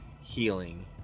healing